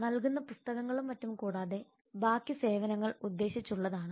നൽകുന്ന പുസ്തകങ്ങളും മറ്റും കൂടാതെ ബാക്കി സേവനങ്ങൾ ഉദ്ദേശിച്ചുള്ളതാണ്